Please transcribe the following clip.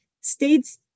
states